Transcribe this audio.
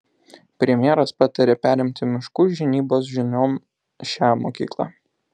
premjeras patarė perimti miškų žinybos žinion šią mokyklą